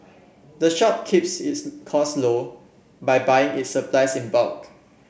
the shop keeps its cost low by buying it supplies in bulk